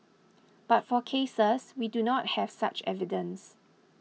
but for cases we do not have such evidence